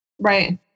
Right